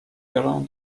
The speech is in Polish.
biorę